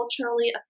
culturally